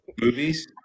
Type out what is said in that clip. movies